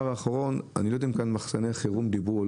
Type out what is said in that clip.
האחרון אני לא יודע כאן אם גם מחסני החירום דיברו,